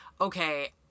okay